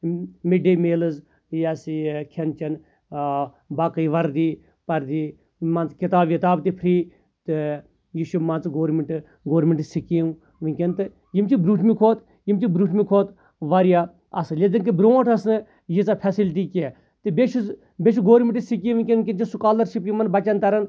یِم mid day meals یہِ سا یہِ کھیٚن چین آ باقٕے وَردی پَردی منٛزٕ کِتاب وِتاب تہِ فری تہٕ یہِ چھُ مان ژٕ گورمیٚنٛٹ گورمیٚنٛٹ سِکیٖم ؤنٛکیٚن تہِ یِم چھِ برۄنٛٹھ مہِ کھۄتہٕ یِم چھِ برۄنٛٹھ مہِ کھۄتہٕ واریاہ اَصٕل چیونٛکہِ برۄنٛٹھ أسۍ نہٕ ییٖژھ فیسلٹی کیٚنٛہہ تہٕ بیٚیہِ چھُ بیٚیہِ چھُ گورمیٚنٛٹ سِکیٖم ؤنٛکیٚن یِم تہِ سکالرشپ یِمن بَچن تران